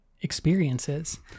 experiences